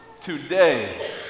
today